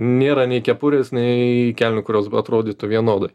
nėra nei kepurės nei kelnių kurios atrodytų vienodai